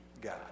God